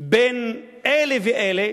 בין אלה לאלה,